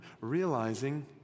realizing